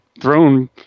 thrown